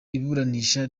iburanisha